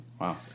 wow